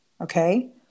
Okay